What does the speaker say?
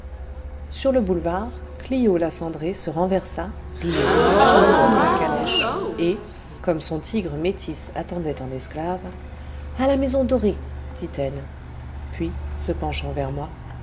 sur le boulevard clio la cendrée se renversa rieuse au fond de la calèche et comme son tigre métis attendait en esclave à la maison dorée dit-elle puis se penchant vers moi